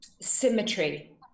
symmetry